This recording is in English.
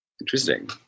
Interesting